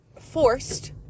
forced